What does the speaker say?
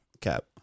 cap